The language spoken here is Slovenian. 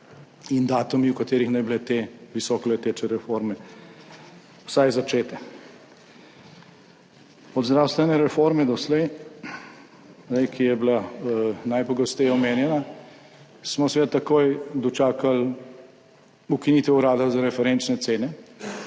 in datumi, v katerih naj bi bile te visokoleteče reforme vsaj začete. Od zdravstvene reforme, ki je bila najpogosteje omenjena, smo doslej seveda takoj dočakali ukinitev Urada za referenčne cene,